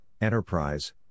enterprise